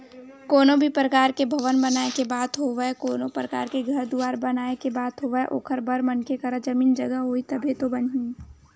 कोनो भी परकार के भवन बनाए के बात होवय कोनो परकार के घर दुवार बनाए के बात होवय ओखर बर मनखे करा जमीन जघा होही तभे तो बनही